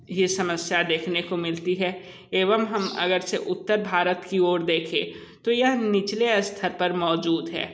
ये समस्या देखने को मिलती है एवं अगर से उत्तर भारत की ओर देखें तो यह निचले स्थर पर मौजूद है